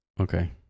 Okay